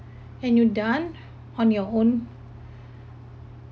and you done on your own